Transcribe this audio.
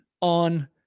on